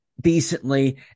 decently